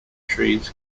trees